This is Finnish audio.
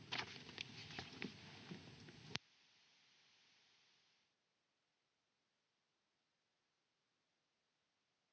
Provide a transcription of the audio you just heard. kiitos